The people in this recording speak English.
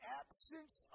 absence